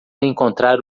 encontrar